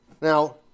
Now